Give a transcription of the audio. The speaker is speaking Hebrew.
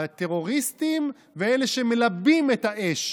הטרוריסטים ואלה שמלבים את האש,